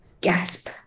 gasp